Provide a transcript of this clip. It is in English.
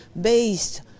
based